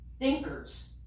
thinkers